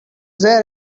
there